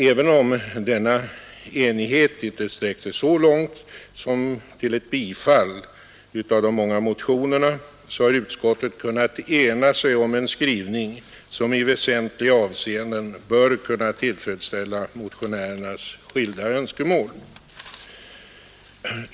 Även om denna enighet inte sträckt sig så långt som till ett tillstyrkande av de många motionerna, har utskottet kunnat ena sig om en skrivning som i väsentliga avseenden bör kunna tillfredsställa motionärernas skilda önskemål.